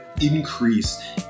increase